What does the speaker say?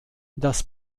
das